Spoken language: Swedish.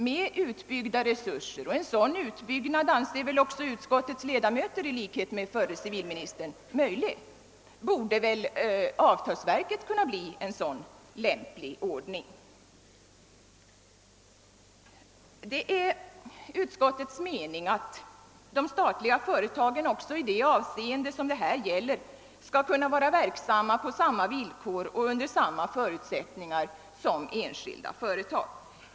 Med utbyggda resurser, och en utbyggnad anser väl också utskottets ledamöter i likhet med förre civilministern möjlig, borde väl avtalsverket kunna bli lämpligt. Det är utskottets mening att de statliga företagen också i det avseende det här gäller skall kunna vara verksamma på samma villkor och under samma förutsättningar som enskilda företag.